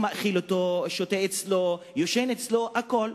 הוא אוכל אצלו ושותה אצלו וישן אצלו והכול,